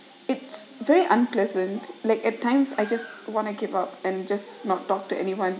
it's very unpleasant like at times I just want to give up and just not talk to anyone